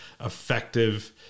effective